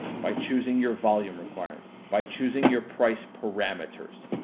by choosing your volume requirements. by choosing your price parameters.